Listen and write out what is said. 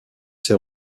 ses